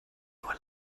nur